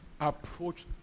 approach